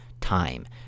time